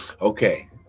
Okay